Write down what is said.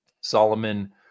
Solomon